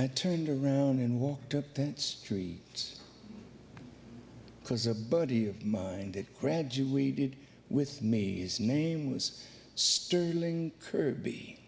i turned around and walked up that street because a buddy of mine that graduated with me is name was sterling kirby